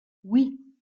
oui